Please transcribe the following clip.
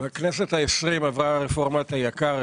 בכנסת ה-20 עברה רפורמת היקר,